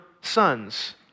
sons